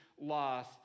loss